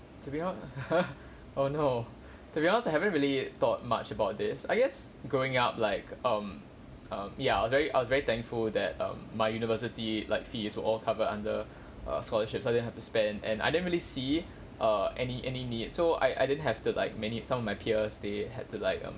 to be hon~ oh no to be honest I haven't really thought much about this I guess growing up like um um ya very I was very thankful that um my university like fees all covered under err scholarship so I didn't have to spend and I didn't really see err any any need so I I didn't have to like many like some of my peers they had to like um